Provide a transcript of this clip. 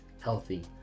healthy